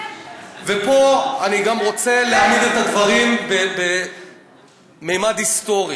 ופה אני גם רוצה להעמיד את הדברים בממד היסטורי.